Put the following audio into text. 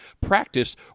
practice